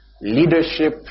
Leadership